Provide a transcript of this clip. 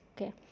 okay